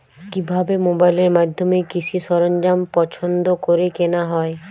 কিভাবে মোবাইলের মাধ্যমে কৃষি সরঞ্জাম পছন্দ করে কেনা হয়?